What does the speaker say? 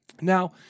Now